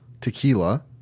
tequila